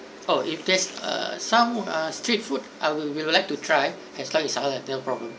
oh if there's err some uh street food I will we would like to try as long as is halal no problem